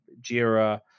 JIRA